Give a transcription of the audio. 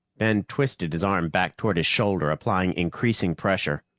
ben twisted his arm back toward his shoulder, applying increasing pressure.